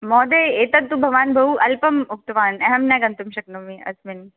महोदय एतत्तु भवान् बहु अल्पम् उक्तवान् अहं न गन्तुं शक्नोमि अस्मिन्